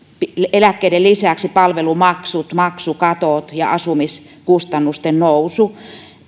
eläkkeiden lisäksi palvelumaksut maksukatot ja asumiskustannusten nousu